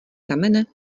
kamene